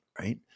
Right